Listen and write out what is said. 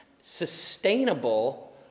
sustainable